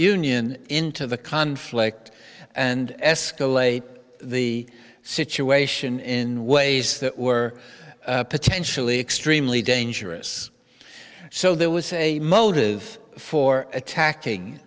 union into the conflict and escalate the situation in ways that were potentially extremely dangerous so there was a motive for attacking